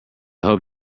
hope